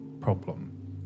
problem